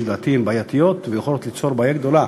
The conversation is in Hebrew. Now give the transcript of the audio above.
שלדעתי הן בעייתיות ויכולות ליצור בעיה גדולה